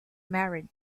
married